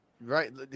Right